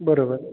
बरोबर